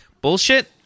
bullshit